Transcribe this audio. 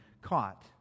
caught